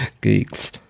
Geeks